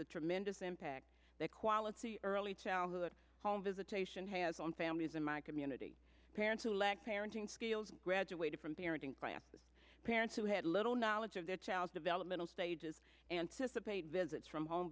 the tremendous impact that quality early childhood home visitation has on families in my community parents who lack parenting skills graduated from parenting parents who had little knowledge of their child's developmental stages anticipate visits from ho